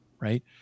right